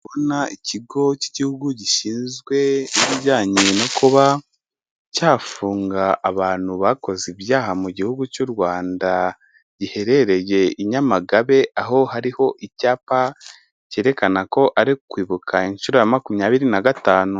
Kubona ikigo cy'igihugu gishinzwe ibijyanye no kuba cyafunga abantu bakoze ibyaha mu gihugu cy'u Rwanda, giherereye i Nyamagabe aho hariho icyapa cyerekana ko ari kwibuka inshuro ya makumyabiri na gatanu.